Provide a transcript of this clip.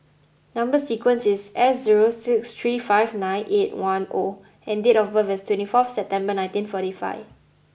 number sequence is S zero six three five nine eight one O and date of birth is twenty four September nineteen forty five